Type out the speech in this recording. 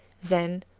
then,